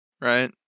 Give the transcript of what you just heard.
right